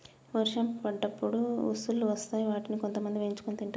వర్షం పడ్డప్పుడు ఉసుల్లు వస్తాయ్ వాటిని కొంతమంది వేయించుకొని తింటరు